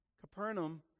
Capernaum